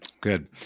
Good